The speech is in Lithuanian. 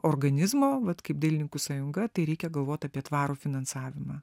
organizmo vat kaip dailininkų sąjunga tai reikia galvot apie tvarų finansavimą